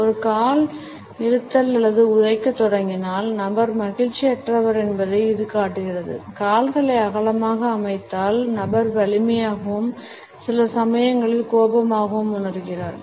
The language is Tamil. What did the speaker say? ஒரு கால் இழுத்தல் அல்லது உதைக்கத் தொடங்கினால் நபர் மகிழ்ச்சியற்றவர் என்பதை இது காட்டுகிறது கால்களை அகலமாக அமைத்தால் நபர் வலிமையாகவும் சில சமயங்களில் கோபமாகவும் உணர்கிறார்